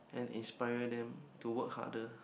and inspire them to work harder